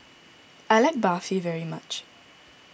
I like Barfi very much